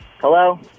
Hello